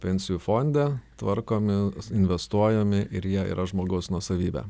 pensijų fonde tvarkomi investuojami ir jie yra žmogaus nuosavybė